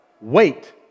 wait